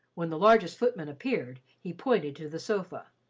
when the largest footman appeared, he pointed to the sofa.